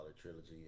Trilogy